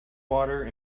water